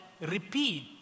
repeat